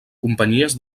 companyies